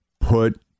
Put